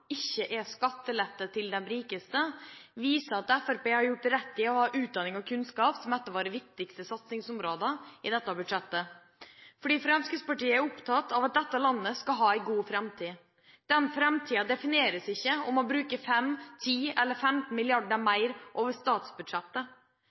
ikke er skattelette til de rikeste, viser at Fremskrittspartiet har gjort rett i å ha utdanning og kunnskap som et av sine viktigste satsingsområder i dette budsjettet, fordi Fremskrittspartiet er opptatt av at dette landet skal ha en god framtid. Den framtiden defineres ikke av om man bruker 5, 10 eller 15